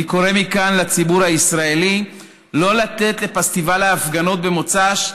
אני קורא מכאן לציבור הישראלי לא לתת לפסטיבל ההפגנות במוצ"ש,